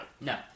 No